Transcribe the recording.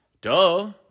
Duh